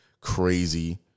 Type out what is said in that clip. crazy